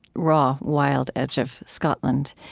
raw, wild edge of scotland,